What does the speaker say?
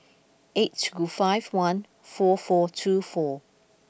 eight two five one four four two four